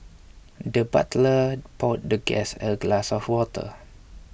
the butler poured the guest a glass of water